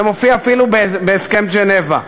זה מופיע אפילו בהסכם ז'נבה.